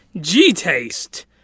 G-Taste